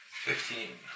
Fifteen